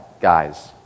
guys